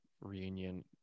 reunion